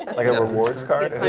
like a rewards card?